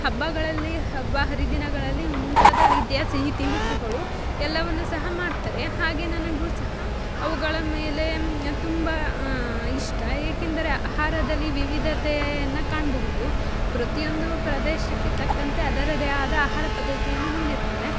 ಹಬ್ಬಗಳಲ್ಲಿ ಹಬ್ಬ ಹರಿದಿನಗಳಲ್ಲಿ ಮುಂತಾದ ರೀತಿಯ ಸಿಹಿ ತಿನಿಸುಗಳು ಎಲ್ಲವನ್ನು ಸಹ ಮಾಡ್ತಾರೆ ಹಾಗೆ ನನಗು ಸಹ ಅವುಗಳ ಮೇಲೆ ತುಂಬ ಇಷ್ಟ ಏಕೆಂದರೆ ಅಹಾರದಲ್ಲಿ ವಿವಿಧತೆಯನ್ನ ಕಾಣಬಹುದು ಪ್ರತಿಯೊಂದು ಪ್ರದೇಶಕ್ಕೆ ತಕ್ಕಂತೆ ಅದರದೇ ಆದ ಆಹಾರ ಪದ್ದತಿಯನ್ನು ಹೊಂದಿರ್ತದೆ